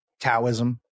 Taoism